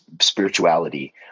spirituality